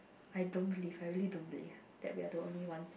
I don't believe I really don't believe that we are the only ones